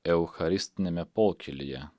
eucharistiniame pokylyje